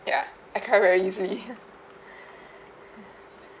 ya I cry very easily